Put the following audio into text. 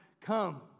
come